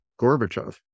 Gorbachev